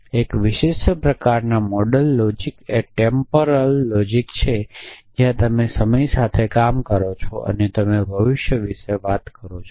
એક વિશેષ પ્રકારનાં મોડલ લોજિક એ ટેમ્પોરલ લોજિક છે જ્યાં તમે સમય સાથે કામ કરો છો અને તમે ભવિષ્ય વિશે વાત કરો છો